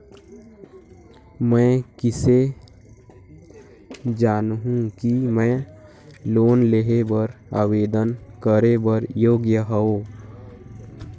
मैं किसे जानहूं कि मैं लोन लेहे बर आवेदन करे बर योग्य हंव?